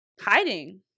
hiding